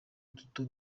duto